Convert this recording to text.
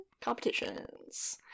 competitions